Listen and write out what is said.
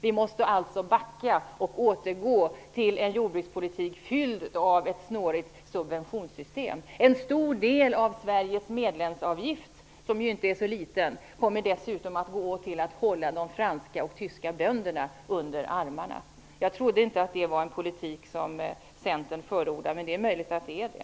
Vi måste alltså backa och återgå till en jordbrukspolitik fylld av ett snårigt subventionssystem. En stor del av Sveriges medlemsavgift -- som ju inte är så liten -- kommer dessutom att gå till att hålla de franska och tyska bönderna under armarna. Jag trodde inte att det var en politik som Centern förordar, men det är möjligt att det är det.